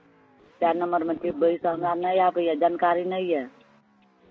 कए नम्बरमे टिपबै इसभ हमरा नहि आबैए जानकारी नहि यए